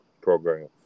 program